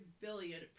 billion